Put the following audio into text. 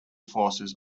forces